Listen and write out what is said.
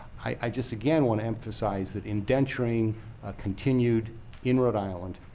i just again want to emphasize that indenturing continued in rhode island,